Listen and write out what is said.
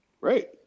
Right